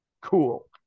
cool